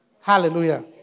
Hallelujah